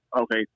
Okay